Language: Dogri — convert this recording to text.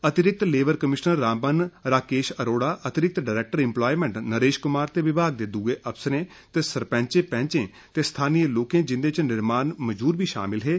अतिरिक्त लेबर कमीशनर रामबन राकेश अरोड़ा अतिरिक्त डायरेक्टर इम्पलायमेंट नरेश कुमार ते विभाग दे दूए अफसरें ते सरपंचें पंचे ते स्थानीय लोकें जिन्दे च निर्माण मजूर बी शामिल हे